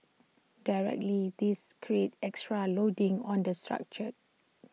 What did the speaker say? directly this creates extra loading on the structure